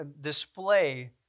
display